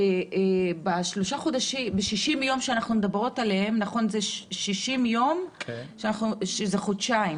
ב-60 יום, שאנחנו מדברות עליהם שהם חודשיים